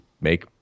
make